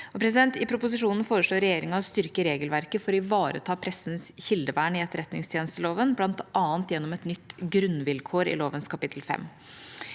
I proposisjonen foreslår regjeringa å styrke regelverket for å ivareta pressens kildevern i etterretningstjenesteloven, bl.a. gjennom et nytt grunnvilkår i lovens kapittel 5.